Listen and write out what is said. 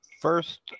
First